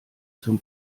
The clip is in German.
zum